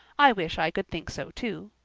i wish i could think so too.